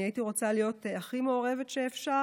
אני הייתי רוצה להיות הכי מעורבת שאפשר